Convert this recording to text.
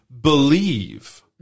believe